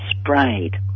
sprayed